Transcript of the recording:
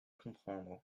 comprendre